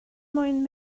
moyn